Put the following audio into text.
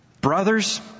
Brothers